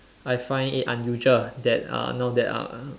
I find it unusual that uh now there uh